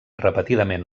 repetidament